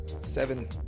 seven